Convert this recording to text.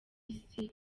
isi